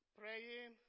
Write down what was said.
praying